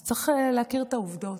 אז צריך להכיר את העובדות.